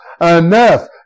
enough